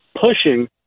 pushing